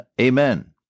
amen